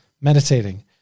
meditating